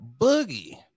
Boogie